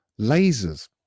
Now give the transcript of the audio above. lasers